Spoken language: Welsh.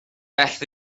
beth